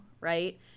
right